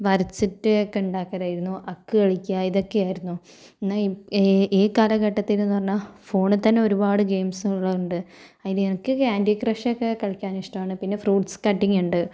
വരച്ചിട്ടൊക്കെ ഉണ്ടാക്കലായിരുന്നു അക്കു കളിക്കുക ഇതൊക്കെയായിരുന്നു എന്നാൽ ഈ കാലഘട്ടത്തിലെന്ന് പറഞ്ഞാൽ ഫോണിൽ തന്നെ ഒരുപാട് ഗെയിമ്സുകളുണ്ട് അതില് എനിക്ക് കാൻഡി ക്രഷൊക്കെ കളിക്കാനിഷ്ടാണ് പിന്നെ ഫ്രൂട്സ് കട്ടിങ്ങുണ്ട്